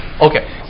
okay